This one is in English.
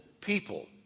people